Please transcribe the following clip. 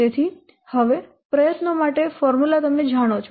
તેથી હવે પ્રયત્નો માટે ફોર્મ્યુલા તમે જાણો છો